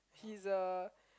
he's a